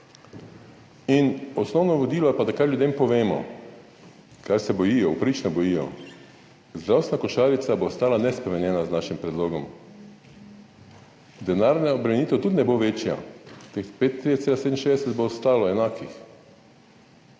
Osnovno vodilo je pa, kar ljudem povemo, česar se bojijo, upravičeno bojijo, zdravstvena košarica bo ostala nespremenjena z našim predlogom. Denarna obremenitev tudi ne bo večja, teh 35,67 bo ostalo enakih.